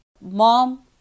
mom